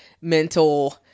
mental